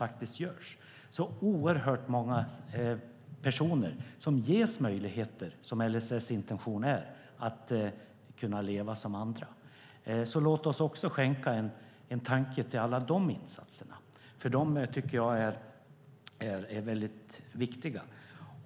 Det är så oerhört många personer som ges möjligheter att leva som andra, vilket är LSS intention. Låt oss alltså även skänka en tanke till alla de insatserna, för jag tycker att de är väldigt viktiga.